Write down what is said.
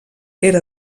era